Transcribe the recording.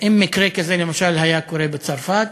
אם מקרה כזה, למשל, היה קורה בצרפת,